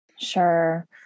Sure